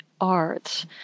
arts